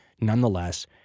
Nonetheless